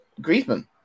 Griezmann